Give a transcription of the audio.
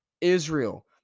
Israel